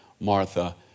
Martha